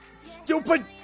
Stupid